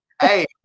Hey